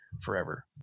forever